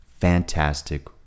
fantastic